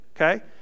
okay